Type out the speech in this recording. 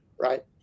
right